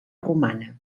romana